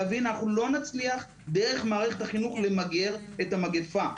אנחנו לא נצליח דרך מערכת החינוך למגר את המגפה.